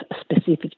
specific